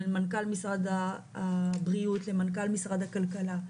בין מנכ"ל משרד הבריאות למנכ"ל משרד הכלכלה,